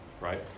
right